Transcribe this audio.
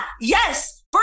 yes